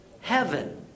heaven